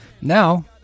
Now